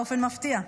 באופן מפתיע.